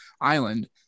island